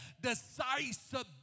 decisive